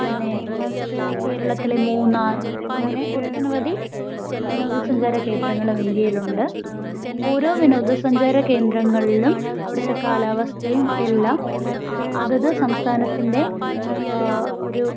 പിന്നെ കേരളത്തിലെ മൂന്നാർ അങ്ങനെ ഒട്ടനവധി വിനോദസഞ്ചാര കേന്ദ്രങ്ങളും ഇന്ത്യയിലുണ്ട് ഓരോ വിനോദസഞ്ചാര കേന്ദ്രങ്ങളിലും അവിടുത്തെ കാലാവസ്ഥയും എല്ലാം അതത് സംസ്ഥാനത്തിൻ്റെ ഒരു